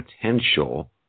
potential